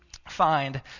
find